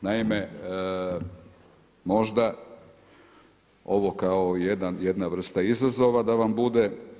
Naime, možda ovo kao jedna vrsta izazova da vam bude.